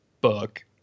book